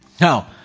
Now